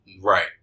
Right